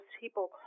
people